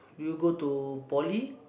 you go to poly